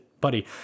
buddy